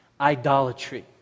idolatry